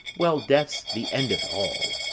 well, death's the end of all.